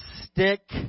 Stick